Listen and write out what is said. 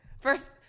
First